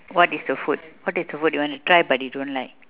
what is the food what is the food you want to try but you don't like